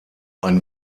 ein